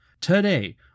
Today